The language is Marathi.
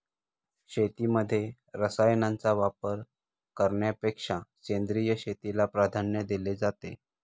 शेतीमध्ये रसायनांचा वापर करण्यापेक्षा सेंद्रिय शेतीला प्राधान्य दिले जाते